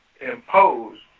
imposed